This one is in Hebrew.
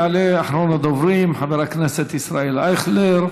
יעלה אחרון הדוברים, חבר הכנסת ישראל אייכלר.